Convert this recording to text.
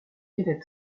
kenneth